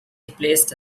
replaced